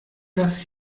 das